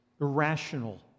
Irrational